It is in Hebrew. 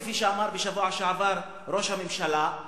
כפי שאמר בשבוע שעבר ראש הממשלה,